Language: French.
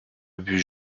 bus